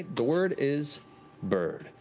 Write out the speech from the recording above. the word is bird.